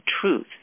truth